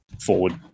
forward